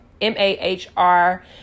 m-a-h-r